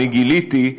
אני גיליתי,